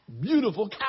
beautiful